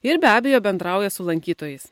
ir be abejo bendrauja su lankytojais